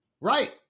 Right